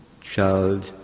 child